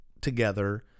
together